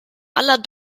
aller